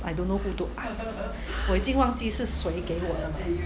I don't know who to ask 我已经忘记是谁给我的